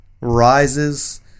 rises